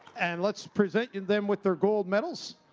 and let's present them with their gold medals.